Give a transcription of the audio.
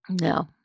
No